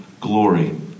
Glory